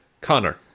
Connor